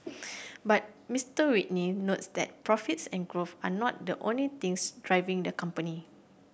but Mister Whitney notes that profits and growth are not the only things driving the company